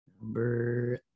Number